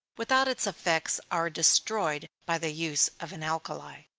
without its effects are destroyed by the use of an alkali.